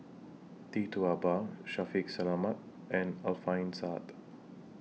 Tee Tua Ba Shaffiq Selamat and Alfian Sa'at